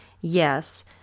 Yes